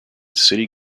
city